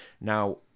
Now